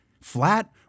flat